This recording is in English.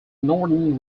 northern